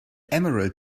emerald